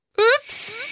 Oops